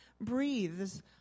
breathes